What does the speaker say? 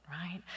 right